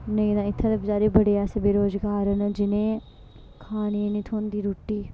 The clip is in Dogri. नेईं तां इत्थें ते बेचारे बड़े ऐसे बेरोजगार न जिनेंगी खाने नी थ्होंदी रुट्टी